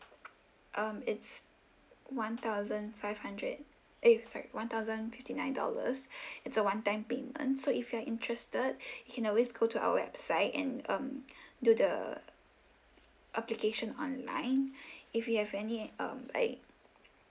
um it's one thousand five hundred eh sorry one thousand fifty nine dollars it's a one time payment so if you're interested you can always go to our website and um do the application online if you have any um like